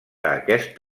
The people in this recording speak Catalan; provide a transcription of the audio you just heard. aquest